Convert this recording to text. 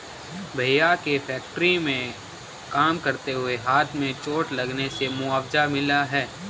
भैया के फैक्ट्री में काम करते हुए हाथ में चोट लगने से मुआवजा मिला हैं